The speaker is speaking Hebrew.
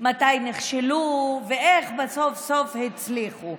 מתי נכשלו ואיך סוף-סוף הצליחו.